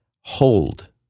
hold